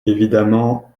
évidemment